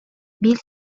биир